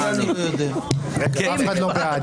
מי נגד?